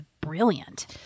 brilliant